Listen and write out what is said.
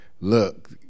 look